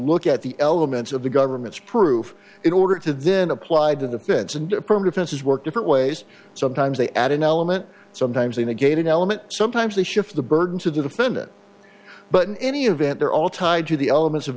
look at the elements of the government's proof in order to then applied to the fence and professors work different ways sometimes they add an element sometimes a negated element sometimes they shift the burden to the defendant but in any event they're all tied to the elements of